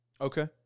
Okay